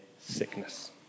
sickness